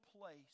place